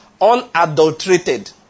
unadulterated